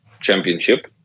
championship